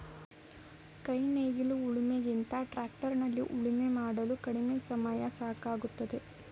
ಕೈ ನೇಗಿಲು ಉಳಿಮೆ ಗಿಂತ ಟ್ರ್ಯಾಕ್ಟರ್ ನಲ್ಲಿ ಉಳುಮೆ ಮಾಡಲು ಕಡಿಮೆ ಸಮಯ ಸಾಕಾಗುತ್ತದೆ